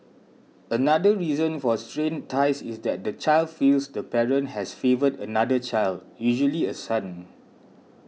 another reason for strained ties is that the child feels the parent has favoured another child usually a son